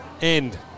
End